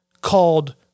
called